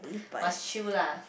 must chill lah